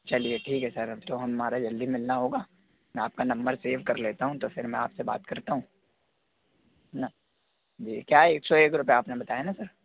चलिए ठीक है सर अब तो हमारा जल्दी मिलना होगा मैं आपका नंबर सेव कर लेता हूँ तो फिर मैं आप से बात करता हूँ है ना जी क्या एक सौ एक रुपये आपने बताया ना सर